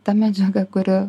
ta medžiaga kuri